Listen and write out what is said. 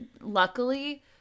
luckily